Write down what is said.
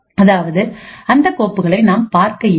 அதாவது அந்த கோப்புகளை நாம் பார்க்க இயலும்